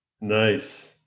nice